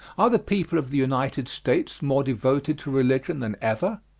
are the people of the united states more devoted to religion than ever?